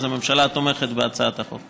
הממשלה תומכת בהצעת החוק.